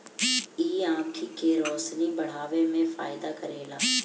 इ आंखी के रोशनी बढ़ावे में फायदा करेला